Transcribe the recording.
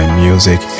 music